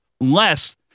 less